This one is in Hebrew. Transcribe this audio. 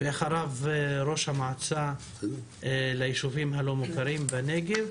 אחריו ראש המועצה ליישובים הלא מוכרים בנגב,